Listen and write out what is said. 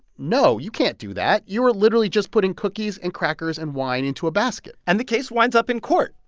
no, you can't do that. you are literally just putting cookies and crackers and wine into a basket and the case winds up in court.